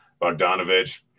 Bogdanovich